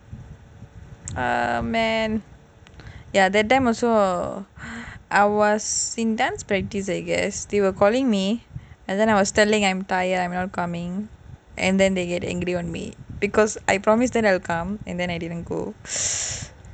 oh man ya that time also I was in dance practice I guess they were calling me and then I was telling I'm tired I'm not coming and then they get angry on me because I promise them that I will come but then I didn't go